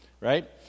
right